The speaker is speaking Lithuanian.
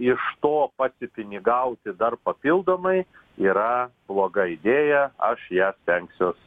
iš to pasipinigauti dar papildomai yra bloga idėja aš ją stengsiuos